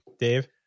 Dave